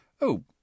Oh